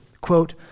quote